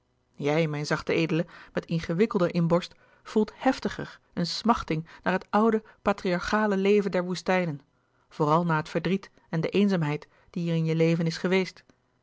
jij mijn zachte edele met ingewikkelder inborst voelt heftiger een smachting naar het oude patriarchale leven der woestijnen vooral na het verdriet en de eenzaamheid die er in je leven is geweest